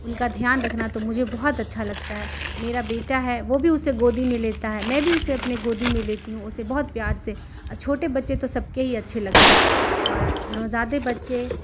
ان کا دھیان رکھنا تو مجھے بہت اچھا لگتا ہے میرا بیٹا ہے وہ بھی اسے گودی میں لیتا ہے میں بھی اسے اپنے گودی میں لیتی ہوں اسے بہت پیار سے اور چھوٹے بچے تو سب کے ہی اچھے لگتے ہیں اور نوزائدہ بچے